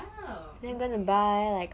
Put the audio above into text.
then I'm going to buy